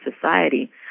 society